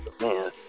Man